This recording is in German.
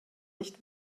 nicht